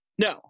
no